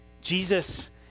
Jesus